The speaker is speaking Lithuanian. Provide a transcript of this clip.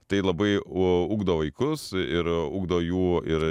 tai labai u ugdo vaikus ir ugdo jų ir